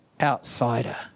outsider